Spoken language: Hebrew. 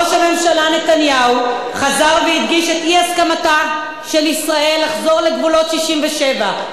ראש הממשלה נתניהו חזר והדגיש את אי-הסכמתה של ישראל לחזור לגבולות 67',